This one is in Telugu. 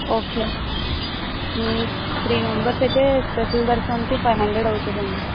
ఓకే మీకు త్రీ మెంబర్స్ అయితే స్పెషల్ దర్శనానికి ఫైవ్ హండ్రెడ్ అవుతుందండి